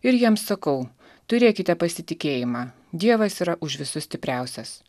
ir jiems sakau turėkite pasitikėjimą dievas yra už visus stipriausias